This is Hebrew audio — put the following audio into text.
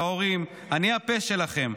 להורים: אני הפה שלכם,